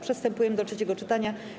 Przystępujemy do trzeciego czytania.